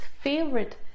favorite